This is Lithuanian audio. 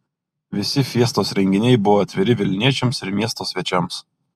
visi fiestos renginiai buvo atviri vilniečiams ir miesto svečiams